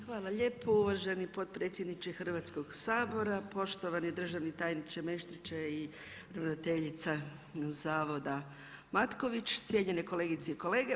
Hvala lijepo uvaženi potpredsjedniče Hrvatskog sabora, poštovani državni tajniče Meštriće i ravnateljica zavoda Matković, cijenjene kolegice i kolege.